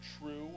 true